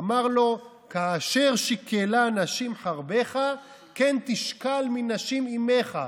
אמר לו: "כאשר שִכלה נשים חרבך כן תשכל מנשים אִמך".